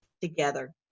together